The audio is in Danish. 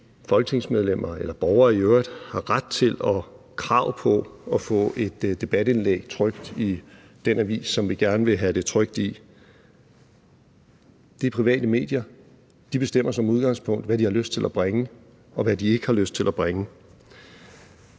folketingsmedlemmer eller borgere i øvrigt har ret til og krav på at få et debatindlæg trykt i den avis, som vi gerne vil have det trykt i. Det er private medier, de bestemmer som udgangspunkt, hvad de har lyst til at bringe, og hvad de ikke har lyst til at bringe.